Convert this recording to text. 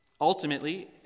Ultimately